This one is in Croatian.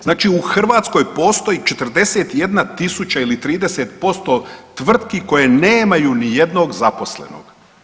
Znači u Hrvatskoj postoji 41.000 ili 30% tvrtki koje nemaju ni jednog zaposlenog.